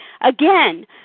Again